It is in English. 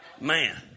Man